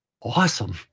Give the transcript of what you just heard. awesome